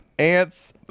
Ants